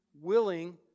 willing